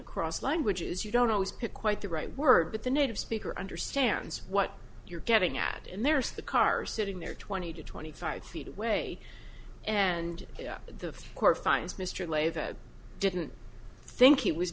across languages you don't always pick quite the right word but the native speaker understands what you're getting at and there's the car sitting there twenty to twenty five feet away and the court finds mr laver didn't think he was